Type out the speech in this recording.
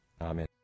Amen